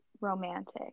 romantic